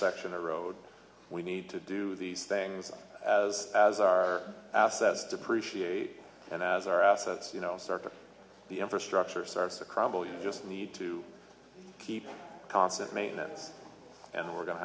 section of road we need to do these things as as our assets depreciate and as our assets you know start to the infrastructure starts to crumble you just need to keep constant maintenance and we're going to